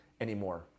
anymore